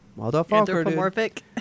Anthropomorphic